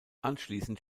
anschließend